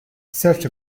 such